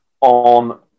on